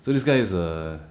so this guy is err